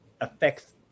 affects